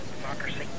Democracy